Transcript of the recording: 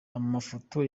amafoto